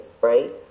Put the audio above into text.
right